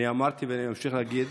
אני אמרתי ואני אמשיך להגיד: